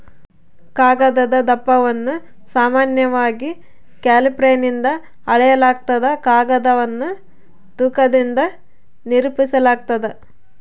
ಕಾಗದದ ದಪ್ಪವನ್ನು ಸಾಮಾನ್ಯವಾಗಿ ಕ್ಯಾಲಿಪರ್ನಿಂದ ಅಳೆಯಲಾಗ್ತದ ಕಾಗದವನ್ನು ತೂಕದಿಂದ ನಿರೂಪಿಸಾಲಾಗ್ತದ